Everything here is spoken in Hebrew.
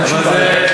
אין שום בעיה.